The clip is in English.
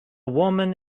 woman